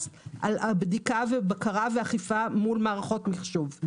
על בדיקה ובקרה ואכיפה מול מערכות המחשוב.